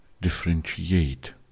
differentiate